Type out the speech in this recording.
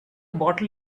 bottle